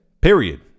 Period